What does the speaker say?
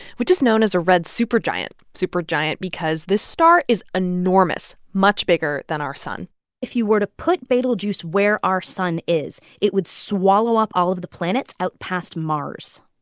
which is known as a red super giant super giant because this star is enormous, much bigger than our sun if you were to put betelgeuse where our sun is, it would swallow up all of the planets out past mars.